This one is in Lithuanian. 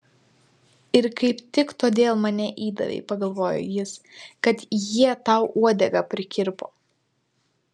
ir kaip tik todėl mane įdavei pagalvojo jis kad jie tau uodegą prikirpo